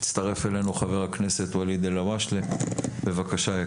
הצטרף אלינו חבר הכנסת ואליד אלהואשלה, בבקשה.